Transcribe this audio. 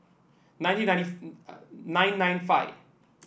nineteen ninety nine nine five